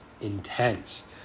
intense